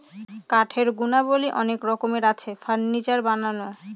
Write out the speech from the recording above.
কাঠের গুণাবলী অনেক রকমের আছে, ফার্নিচার বানানো